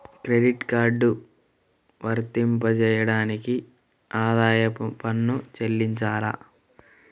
Credit card వర్తింపజేయడానికి ఆదాయపు పన్ను చెల్లించాలా?